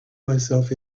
myself